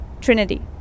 trinity